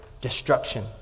destruction